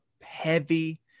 heavy